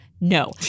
No